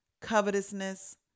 covetousness